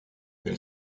elle